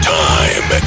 time